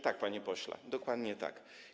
Tak, panie pośle, dokładnie tak.